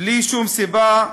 בלי שום סיבה,